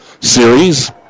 series